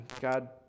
God